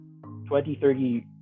20-30%